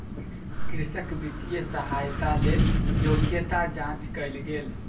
कृषक वित्तीय सहायताक लेल योग्यता जांच कयल गेल